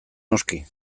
noski